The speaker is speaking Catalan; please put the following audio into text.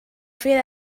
feia